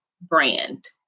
Brand